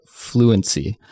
fluency